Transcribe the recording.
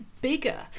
bigger